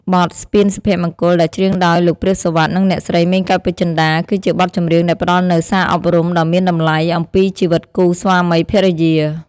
បទ ស្ពានសុភមង្គល ដែលច្រៀងដោយលោក ព្រាប សុវត្ថិ និងអ្នកស្រី ម៉េង កែវពេជ្ជតា គឺជាបទចម្រៀងដែលផ្តល់នូវសារអប់រំដ៏មានតម្លៃអំពីជីវិតគូស្វាមីភរិយា។